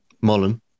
Mullen